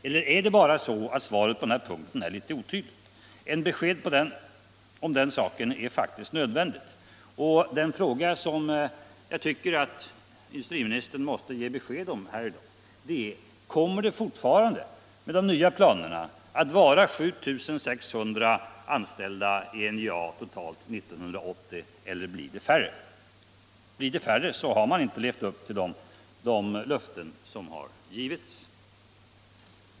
Eller är det bara så att svaret på den här punkten är litet otydligt? Ett besked är faktiskt nödvändigt. Kommer det fortfarande, med de nya planerna, att vara 7600 anställda totalt vid NJA 1980, eller blir det färre? Blir det färre har man inte levt upp till de löften som givits.